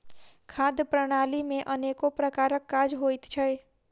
खाद्य प्रणाली मे अनेको प्रकारक काज होइत छै